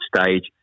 stage